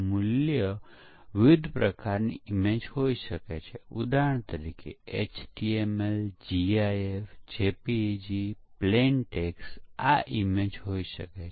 ભૂલ 60 ટકા સ્પષ્ટીકરણ અને ડિઝાઇન ને લીધે હોય છે અને આશરે 40 ટકા સ્ત્રોત કોડ દ્વારા કરવામાં આવે છે